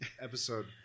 episode